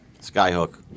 Skyhook